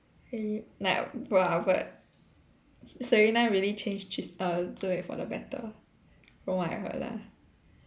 really like but but Serena really changed Tris~ err Zi Wei for the better from what I heard lah